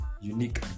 unique